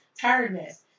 tiredness